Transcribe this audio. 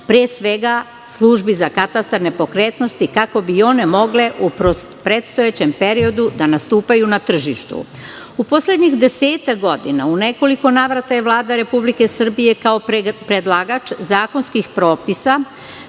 pre svega službi za katastar nepokretnosti, kako bi mogle u predstojećem periodu da nastupaju na tržištu.U poslednjih desetak godina u nekoliko navrata je Vlada Republike Srbije ako predlagač zakonskih propisa